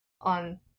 on